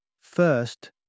first